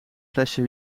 flesje